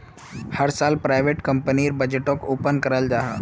हर साल प्राइवेट कंपनीर बजटोक ओपन कराल जाहा